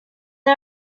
are